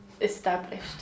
established